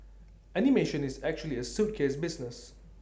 animation is actually A suitcase business